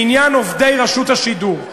בעניין עובדי רשות השידור,